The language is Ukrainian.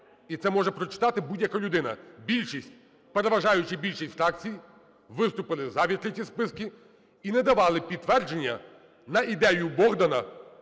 І це може прочитати будь-яка людина. Більшість, переважаюча більшість фракцій, виступили за відкриті списки і не давали підтвердження на ідею Богдана